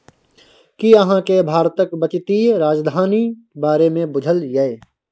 कि अहाँ केँ भारतक बित्तीय राजधानी बारे मे बुझल यै?